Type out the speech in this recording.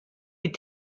die